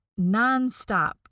nonstop